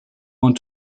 want